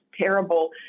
terrible